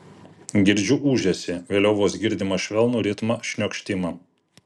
girdžiu ūžesį vėliau vos girdimą švelnų ritmą šniokštimą